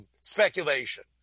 speculation